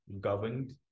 governed